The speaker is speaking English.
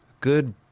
Good